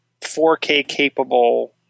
4K-capable